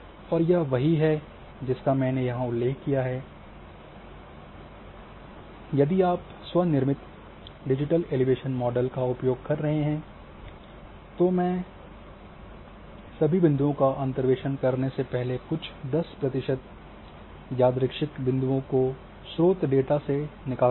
और यह वही है जिसका मैंने यहाँ उल्लेख किया है यदि आप स्व निर्मित डिजिटल एलिवेशन मॉडल का उपयोग कर रहे हैं तो सभी बिंदुओं का अंतर्वेशन से पहले कुछ 10 प्रतिशत यादृच्छिक बिंदुओं को स्रोत डेटा से निकाल दीजिए